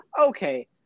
okay